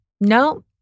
no